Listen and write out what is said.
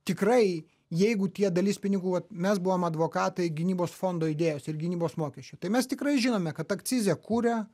tikrai jeigu tie dalis pinigų mes buvom advokatai gynybos fondo idėjos ir gynybos mokesčių tai mes tikrai žinome kad akcize kure